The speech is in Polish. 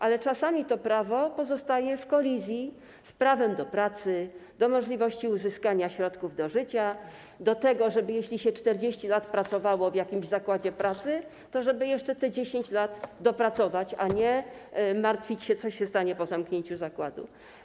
Ale czasami to prawo pozostaje w kolizji z prawem do pracy, prawem do możliwości uzyskania środków do życia, prawem do tego, żeby jeśli się 40 lat pracowało w jakimś zakładzie pracy, jeszcze te 10 lat dopracować, a nie martwić się, co się stanie po zamknięciu zakładu.